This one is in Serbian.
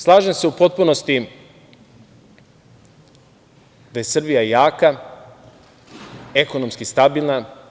Slažem se u potpunosti da je Srbija jaka, ekonomski stabilna.